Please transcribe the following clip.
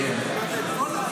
הם כל כך